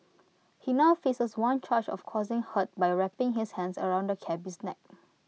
he now faces one charge of causing hurt by wrapping his hands around the cabby's neck